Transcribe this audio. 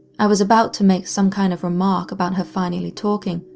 i was about to make some kind of remark about her finally talking,